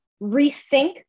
rethink